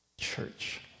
church